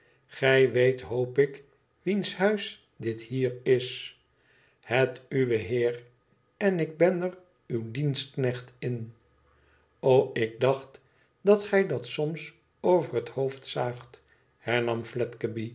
igij weet hoop ik wiens huis dit hier is ihet uwe heer en ik ben er uw dienstknecht in lo ik dacht dat gij dat soms over het hoofd zaagt